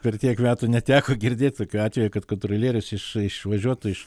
per tiek metų neteko girdėt tokių atvejų kad kontrolierius išvažiuotų iš